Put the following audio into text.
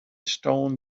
stone